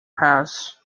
pass